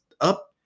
up